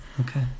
Okay